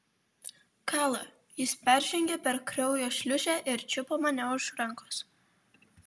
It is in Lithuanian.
kala jis peržengė per kraujo šliūžę ir čiupo mane už rankos